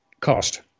cost